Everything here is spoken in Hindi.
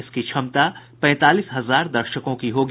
इसकी क्षमता पैंतालीस हजार दर्शकों की होगी